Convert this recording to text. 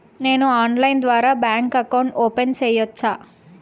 నేను ఆన్లైన్ ద్వారా bank account open సేయొచ్చా?